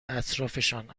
اطرافشان